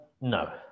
No